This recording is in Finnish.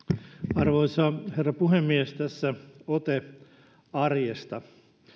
arvoisa herra puhemies tässä ote arjesta